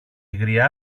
γριά